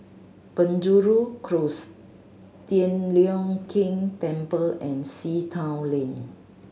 Penjuru Close Tian Leong Keng Temple and Sea Town Lane